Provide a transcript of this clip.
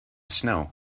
snow